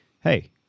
hey